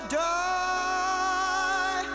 die